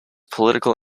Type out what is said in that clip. political